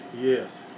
yes